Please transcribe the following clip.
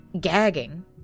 Gagging